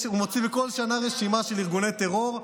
בכל שנה הוא מוציא רשימה של ארגוני טרור.